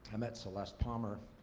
i met celeste palmer,